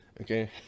Okay